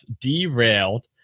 derailed